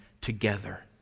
together